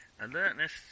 Alertness